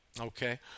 Okay